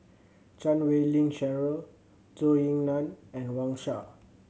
Chan Wei Ling Cheryl Zhou Ying Nan and Wang Sha